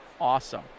awesome